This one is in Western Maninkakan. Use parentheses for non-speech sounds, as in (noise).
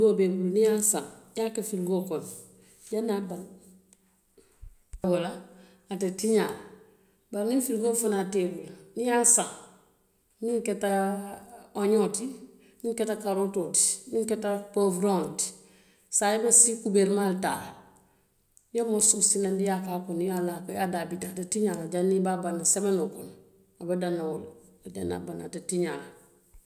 Niŋ be i bulu niŋ i ye a saŋ, i ye a ke firikoo kono janniŋ a be banna, (unintelligible) noo la, a te tiñaa la, bari niŋ firikoo fanaŋ te i bulu, niŋ i ye saŋ, miŋ keta oñoŋo ti, miŋ keta karootoo ti, miŋ keta poworoŋo ti, saayiŋ i be sii kubeeremaa le taa la, i ye morosoo sinanndi, i ye a ke a kono, i ye a laa a kaŋ, i ye daa biti a te tiñaa la janniŋ i be banna semenoo kono a be danna le to, fo janniŋ a be banna, a te tiñaa la.